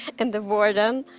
and the warden,